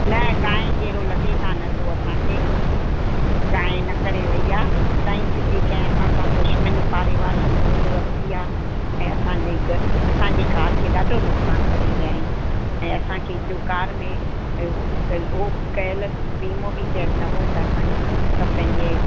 न गांइ जहिड़ो लॻे कान थो असांखे गांइ न करे वई आहे सईं सिधी कंहिं असां सां दुश्मनी पाड़े वारनि मोल वरिती आहे ऐं असांजे घरु असांजी कार खे ॾाढो नुक़सानु करे विया आहिनि ऐं असांखे जो कार में कल हो कयलु वीमो बि कयलु न हो त असांखे सभु पंहिंजे